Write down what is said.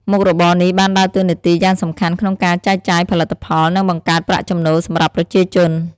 មុខរបរនេះបានដើរតួនាទីយ៉ាងសំខាន់ក្នុងការចែកចាយផលិតផល និងបង្កើតប្រាក់ចំណូលសម្រាប់ប្រជាជន។